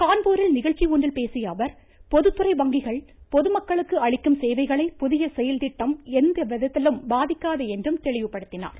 கான்பூரில் நிகழ்ச்சி ஒன்றில் பேசிய அவர் பொதுத்துறை வங்கிகள் பொதுமக்களுக்கு அளிக்கும் சேவைகளை புதிய செயல்திட்டம் எவ்விதத்திலும் பாதிக்காது என்றும் தெளிவுபடுத்தினார்